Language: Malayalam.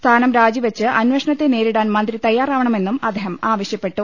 സ്ഥാനം രാജി വെച്ച് അന്വേഷണത്തെ നേരിടാൻ മന്ത്രി തയ്യാറാവണ മെന്നും അദ്ദേഹം ആവശ്യപ്പെട്ടു